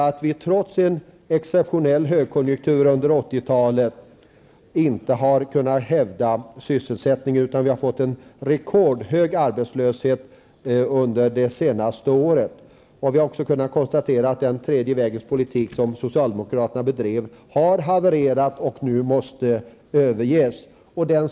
Trots en exceptionell högkonjunktur under 80-talet har ju sysselsättningen inte kunnat hävdas. Vi har fått en rekordhög arbetslöshet under det senaste året. Vi har också kunnat konstatera att den tredje vägens politik som socialdemokraterna bedrev har havererat och nu måste överges.